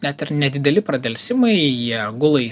net ir nedideli pradelsimai jie gula į